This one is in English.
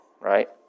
Right